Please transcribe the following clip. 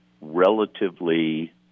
relatively